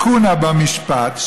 לקונה במשפט,